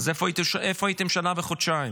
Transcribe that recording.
אז איפה הייתם שנה וחודשיים?